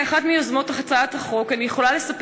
כאחת מיוזמות הצעת החוק אני יכולה לספר